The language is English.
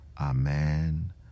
Amen